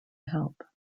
help